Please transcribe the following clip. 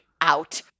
out